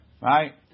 Right